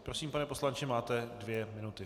Prosím, pane poslanče, máte dvě minuty.